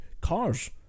cars